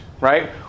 right